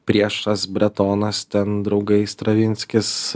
priešas bretonas ten draugai stravinskis